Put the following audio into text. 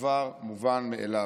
כדבר מובן מאליו.